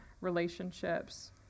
Relationships